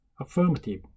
affirmative